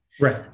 right